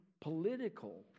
political